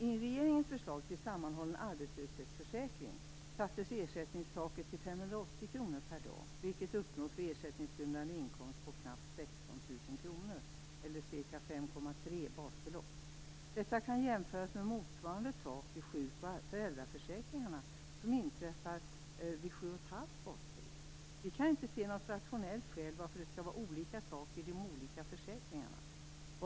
I regeringens förslag till sammanhållen arbetslöshetsförsäkring sattes ersättningstaket till 580 kr/dag, vilket uppnås vid ersättningsgrundande inkomst på knappt 16 000 kr eller ca 5,3 basbelopp. Detta kan jämföras med motsvarande tak i sjuk och föräldraförsäkringarna, som ligger vid 7,5 basbelopp. Vi kan inte se något rationellt skäl till att det skall vara olika tak i de olika föräkringarna.